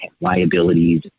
liabilities